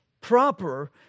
proper